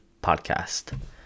Podcast